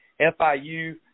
FIU